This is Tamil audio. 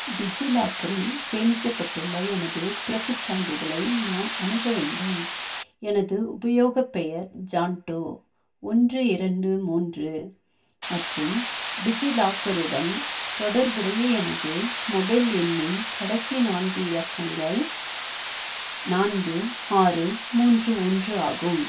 டிஜிலாக்கரில் சேமிக்கப்பட்டுள்ள எனது பிறப்புச் சான்றிதழை நான் அணுக வேண்டும் எனது உபயோகப் பெயர் ஜான்டோ ஒன்று இரண்டு மூன்று மற்றும் டிஜிலாக்கருடன் தொடர்புடைய எனது மொபைல் எண்ணின் கடைசி நான்கு இலக்கங்கள் நான்கு ஆறு மூன்று ஒன்று ஆகும்